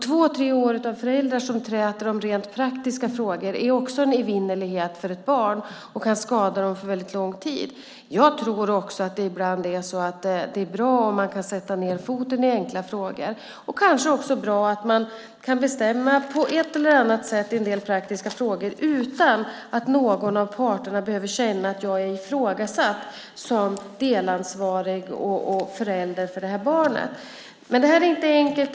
Två, tre år med föräldrar som träter om praktiska frågor är också en evighet för ett barn, och något som kan skada dem för lång tid. Jag tror att det ibland är bra om man kan sätta ned foten i enkla frågor. Det kanske också är bra att man kan bestämma på ett eller annat sätt i en del praktiska frågor utan att någon av parterna behöver känna sig ifrågasatt som delansvarig och förälder till barnet. Det är inte enkelt.